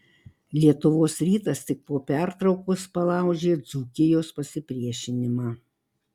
lietuvos rytas tik po pertraukos palaužė dzūkijos pasipriešinimą